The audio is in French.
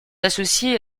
associées